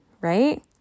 right